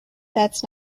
that’s